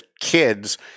kids